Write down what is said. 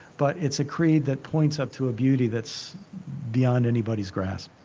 but it's a creed that points up to a beauty that's beyond anybody's grasp